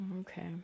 Okay